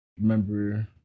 remember